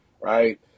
right